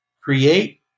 create